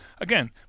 again